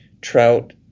trout